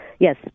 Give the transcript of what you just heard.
Yes